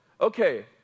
Okay